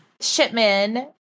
Shipman